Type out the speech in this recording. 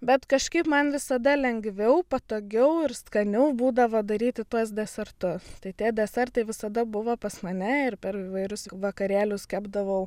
bet kažkaip man visada lengviau patogiau ir skaniau būdavo daryti tuos desertus tai tie desertai visada buvo pas mane ir per įvairius vakarėlius kepdavau